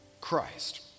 Christ